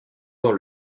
dans